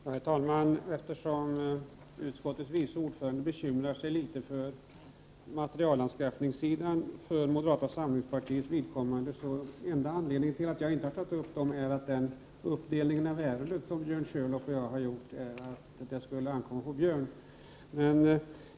Fru talman! Utskottets vice ordförande bekymrar sig litet över materielanskaffningssidan för moderata samlingspartiets vidkommande. Enda anledningen till att jag inte har tagit upp den sidan är att Björn Körlof och jag har gjort en uppdelning av ärendet som innebär att det ankommer på honom.